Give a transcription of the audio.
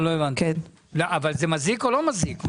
זה מזיק או לא מזיק?